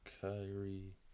Kyrie